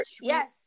Yes